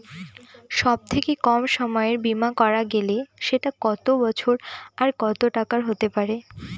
সব থেকে কম সময়ের বীমা করা গেলে সেটা কত বছর আর কত টাকার হতে পারে?